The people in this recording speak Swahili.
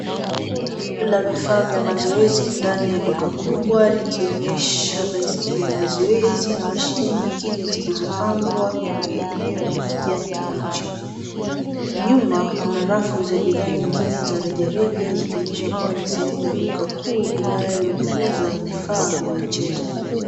Ni eneo la vifaa vya mazoezi ndani ya duka kubwa likionyesha baiskeli ya mazoezi, na mashini nyingine zilizopangwa kwenye eneo la kijani kibichi. Nyuma kuna rafu za bidhaa nyingine za rejereja zikionyesha kuwa ni sehemu ya duka kuu inayouza vifaa vya michezo.